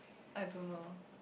I don't know